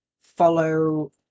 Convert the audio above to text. follow